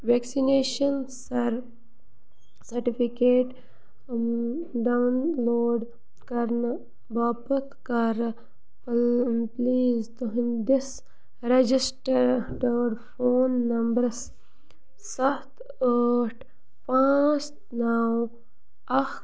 vaccination sir certificate download کرنہٕ باپتھ کرٕ پٕلیز تہنٛدِس رجسٹر ٹٔرڈ فون نمبرس ستھ ٲٹھ پانٛژھ نَو اَکھ